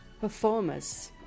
performers